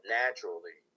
naturally